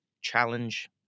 challenge